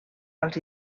als